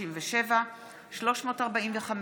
פ/337/23,